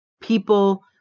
people